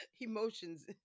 emotions